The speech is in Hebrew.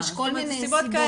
יש כל מיני סיבות.